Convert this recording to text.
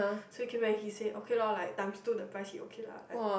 so he came back he say okay lor like times two the price he okay lah like